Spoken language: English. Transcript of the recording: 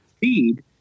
feed